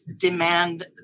demand